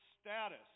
status